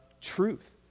truth